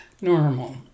normal